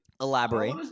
elaborate